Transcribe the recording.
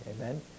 amen